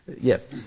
yes